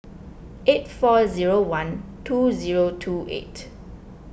eight four zero one two zero two eight